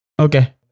Okay